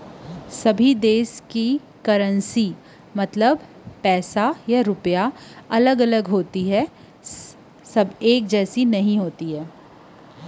सबे देस के करेंसी आने आने होथे सब्बो देस के करेंसी ह एक बरोबर नइ होवय